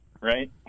right